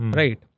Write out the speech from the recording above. right